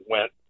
Went